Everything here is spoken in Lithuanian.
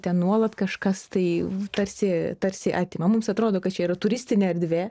ten nuolat kažkas tai tarsi tarsi atima mums atrodo kad čia yra turistinė erdvė